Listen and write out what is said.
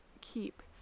keep